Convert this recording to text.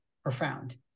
profound